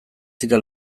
dira